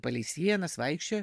palei sienas vaikščiojo